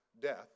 Death